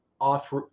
off